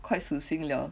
quite 死心了